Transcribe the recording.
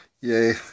Yay